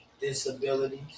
disabilities